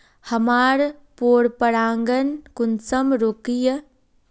हमार पोरपरागण कुंसम रोकीई?